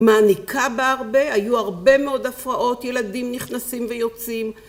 ‫מעניקה בה הרבה, היו הרבה מאוד ‫הפרעות, ילדים נכנסים ויוצאים.